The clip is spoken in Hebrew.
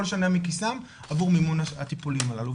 שנה מכיסם עבור מימון הטיפולים הללו,